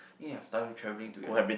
need to have time travelling together